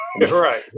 Right